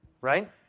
right